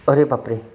अरे बापरे